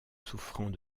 souffrant